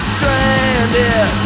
Stranded